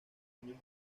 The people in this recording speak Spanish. niños